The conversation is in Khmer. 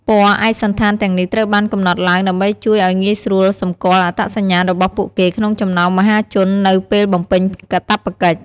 ពណ៌ឯកសណ្ឋានទាំងនេះត្រូវបានកំណត់ឡើងដើម្បីជួយឲ្យងាយស្រួលសម្គាល់អត្តសញ្ញាណរបស់ពួកគេក្នុងចំណោមមហាជននៅពេលបំពេញកាតព្វកិច្ច។